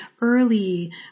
early